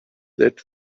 that